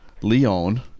leon